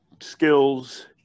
skills